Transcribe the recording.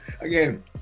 Again